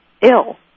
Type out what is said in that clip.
ill